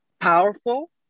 powerful